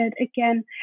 again